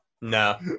No